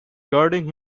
guarding